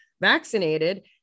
vaccinated